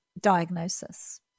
diagnosis